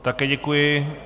Také děkuji.